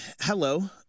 hello